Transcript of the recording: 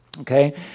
Okay